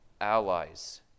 allies